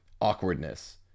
awkwardness